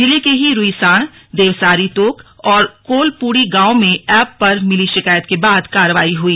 जिले के ही रुईसाण देवसारी तोक और कोलपूड़ी गांवों में एप पर मिली शिकायत के बाद कार्रवाई हुई